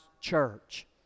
church